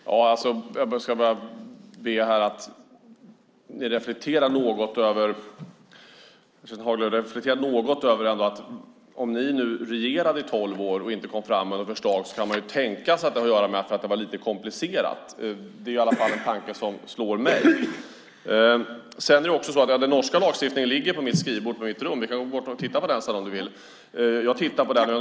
Herr talman! Jag vill be Kerstin Haglö reflektera över att om Socialdemokraterna regerade i tolv år utan att komma fram med något förslag kan det tänkas att det hade att göra med att detta är lite komplicerat. Den tanken slår i alla fall mig. Den norska lagstiftningen ligger på mitt rum, och jag har tittat på den.